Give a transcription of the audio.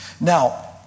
Now